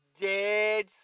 Dead